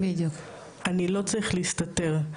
אני לא צריך להסתתר.